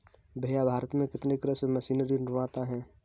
भैया भारत में कितने कृषि मशीनरी निर्माता है?